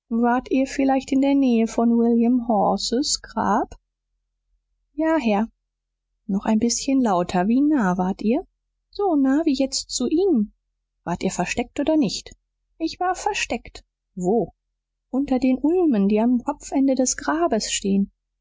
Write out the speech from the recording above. wart ihr vielleicht in der nähe von william horses grab ja herr noch ein bißchen lauter wie nahe wart ihr so nahe wie jetzt zu ihnen wart ihr versteckt oder nicht ich war versteckt wo unter den ulmen die am kopfende des grabes stehen